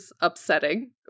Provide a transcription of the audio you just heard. upsetting